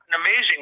amazing